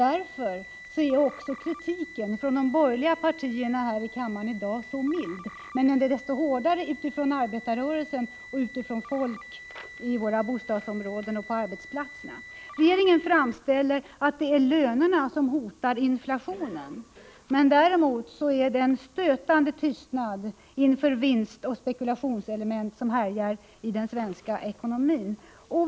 Därför är också kritiken från de borgerliga partierna i kammaren i dag så mild, men den är desto hårdare från arbetarrörelsen och ute bland folk i våra bostadsområden och på arbetsplatserna. Regeringen framställer saken så, att det är lönerna som hotar att driva upp inflationen, men man iakttar däremot en stötande tystnad inför de vinstoch spekulationselement som härjar i den svenska ekonomin.